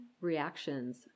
reactions